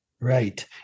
right